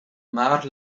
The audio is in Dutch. maar